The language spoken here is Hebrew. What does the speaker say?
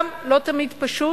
גם לא תמיד פשוט,